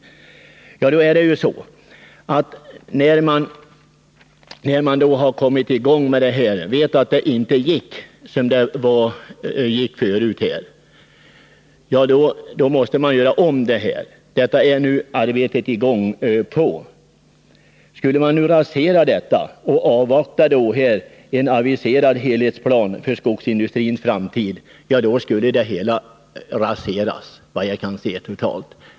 Och detsamma säger han beträffande Rottneros. När man nu vet att det inte gick att driva företaget vidare på samma sätt som tidigare, måste det ske förändringar. Det arbetet är nu i gång. Skulle man skjuta upp genomförandet av detta och avvakta en aviserad helhetsplan för skogsindustrins framtid, då skulle allting raseras, vad jag kan se.